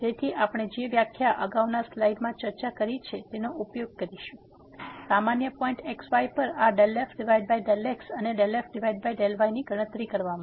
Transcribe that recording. તેથી આપણે જે વ્યાખ્યા અગાઉના સ્લાઈડમાં ચર્ચા કરી છે તેનો ઉપયોગ કરીશું સામાન્ય પોઈન્ટ x y પર આ ∂f∂x અને ∂f∂y ગણતરી કરવા માટે